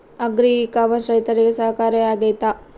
Agri e commerce ರೈತರಿಗೆ ಸಹಕಾರಿ ಆಗ್ತೈತಾ?